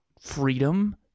freedom